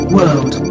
World